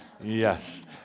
Yes